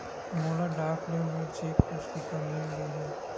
मोला डाक ले मोर चेक पुस्तिका मिल गे हे